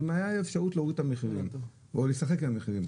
הייתה אפשרות להוריד את המחירים או לשחק על המחירים,